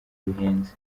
bihenze